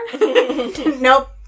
Nope